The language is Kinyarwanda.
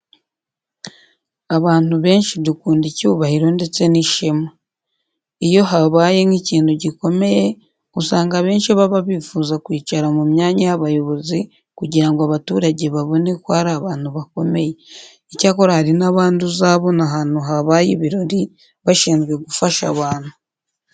Abantu benshi dukunda icyubahiro ndetse n'ishemw. Iyo habaye nk'ikintu gikomeye, usanga abenshi baba bifuza kwicara mu myanya y'abayobozi kugira ngo abaturage babone ko ari abantu bakomeye. Icyakora hari n'abandi uzabona ahantu habaye ibirori, bashinzwe gufasha abantu.